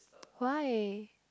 why